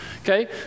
Okay